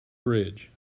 bridge